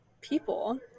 people